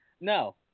No